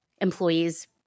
employees